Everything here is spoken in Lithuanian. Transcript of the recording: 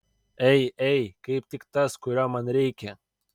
ei ei kaip tik tas kurio man reikia